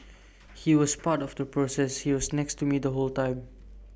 he was part of the process he was next to me the whole time